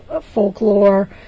folklore